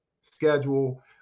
schedule